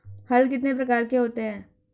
हल कितने प्रकार के होते हैं?